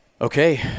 Okay